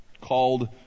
called